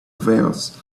veils